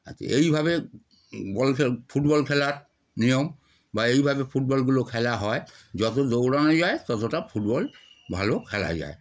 আচ্ছা এভাবে বল খে ফুটবল খেলার নিয়ম বা এভাবে ফুটবলগুলো খেলা হয় যত দৌড়ানো যায় ততটা ফুটবল ভালো খেলা যায়